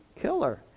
killer